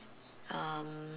um